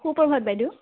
সুপ্ৰভাত বাইদেউ